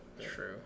true